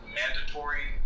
mandatory